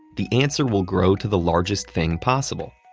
the answer will grow to the largest thing possible.